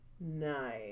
Nice